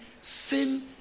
sin